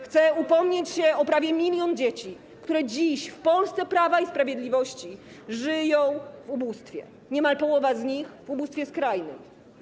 Chcę upomnieć się o prawie 1 mln dzieci, które dziś, w Polsce Prawa i Sprawiedliwości, żyją w ubóstwie, niemal połowa z nich - w ubóstwie skrajnym.